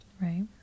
Right